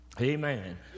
Amen